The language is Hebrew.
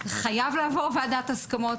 זה חייב לעבור ועדת הסכמות,